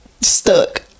stuck